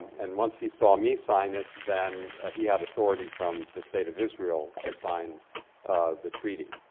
and once he saw me sign it, then he had authority from the state of israel to sign the treaty.